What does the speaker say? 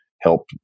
help